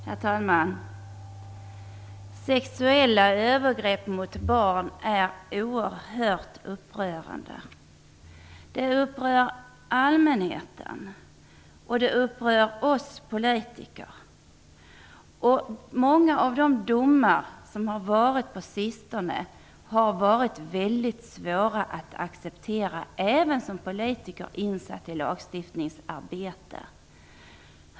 Herr talman! Sexuella övergrepp mot barn är oerhört upprörande. Det upprör allmänheten, och det upprör oss politiker. Många av de domar som har avkunnats på sistone har varit mycket svåra att acceptera även för en politiker som är insatt i lagstiftningsarbetet.